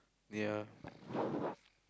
ya